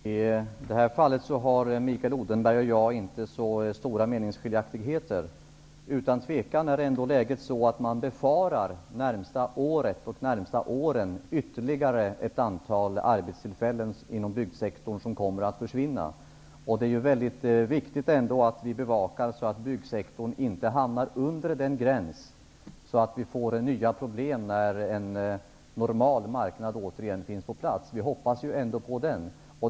Herr talman! I det här fallet är meningsskiljaktigheterna inte så stora, Mikael Odenberg! Utan tvivel är läget ändå det att man befarar att det under det närmaste året eller de närmaste åren blir ytterligare ett antal arbetstillfällen inom byggsektorn som försvinner. Det är väldigt viktigt att ha en bevakning här, så att byggsektorn inte hamnar under en viss gräns och vi därmed får nya problem när en normal marknad återigen gäller. Vi hoppas ju ändå på en sådan.